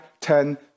ten